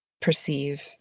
perceive